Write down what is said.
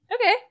Okay